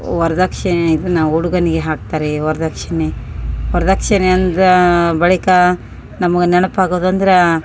ವರದಕ್ಷಿಣೆ ಇದನ್ನು ಹುಡುಗನಿಗೆ ಹಾಕ್ತಾರೆ ಈ ವರದಕ್ಷಿಣೆ ವರದಕ್ಷಿಣೆ ಅಂದ ಬಳಿಕ ನಮ್ಗೆ ನೆನಪು ಆಗೋದು ಅಂದ್ರೆ